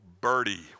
Birdie